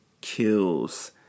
kills